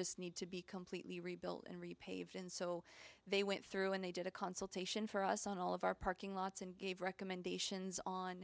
just need to be completely rebuilt and repaved and so they went through and they did a consultation for us on all of our parking lots and gave recommendations on